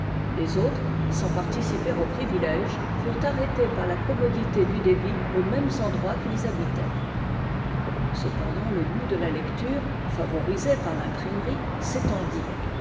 les autres sans participer aux privilèges furent arrêtes par la commodité du débit aux mêmes endroits qu'ils habitaient cependant le goût de la lecture favorisé par l'imprimerie s'étendit